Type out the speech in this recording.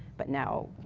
but now,